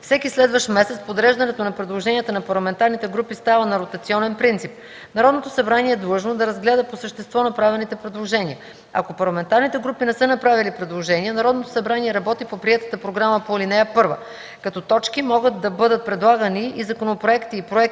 Всеки следващ месец подреждането на предложенията на парламентарните групи става на ротационен принцип. Народното събрание е длъжно да разгледа по същество направените предложения. Ако парламентарните групи не са направили предложения, Народното събрание работи по приетата програма по ал. 1. Като точки могат да бъдат предлагани и законопроекти и проекти